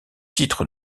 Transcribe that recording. titre